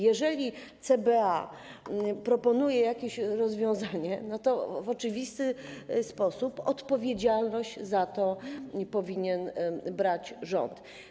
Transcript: Jeżeli CBA proponuje jakieś rozwiązanie, to w oczywisty sposób odpowiedzialność za to powinien brać rząd.